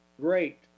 great